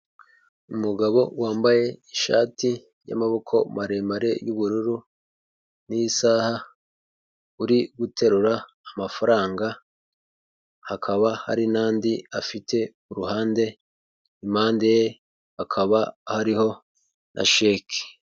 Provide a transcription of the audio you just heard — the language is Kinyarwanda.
Umugabo wambaye ishati y'amaboko maremare y'ubururu n'isaha, uri guterura amafaranga, hakaba hari n'andi afite ku ruhande, impande ye hakaba hariho na sheke.